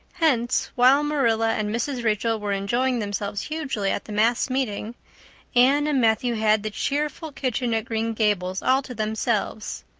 hence, while marilla and mrs. rachel were enjoying themselves hugely at the mass meeting, anne and matthew had the cheerful kitchen at green gables all to themselves.